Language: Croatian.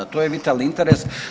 To je vitalni interes.